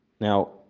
Now